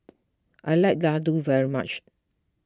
I like Laddu very much